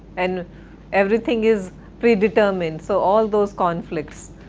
and everything is pre-determined. so all those conflicts,